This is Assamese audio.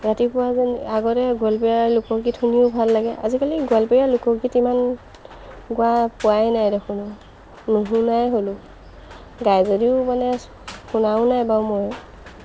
ৰাতিপুৱা যেন আগতে গোৱালপৰীয়া লোকগীত শুনিও ভাল লাগে আজিকালি গোৱালপৰীয়া লোকগীত ইমান গোৱা পোৱাই নাই দেখোন নুশুনাই হ'লোঁ গাই যদিও মানে শুনাও নাই বাৰু মইও